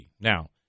Now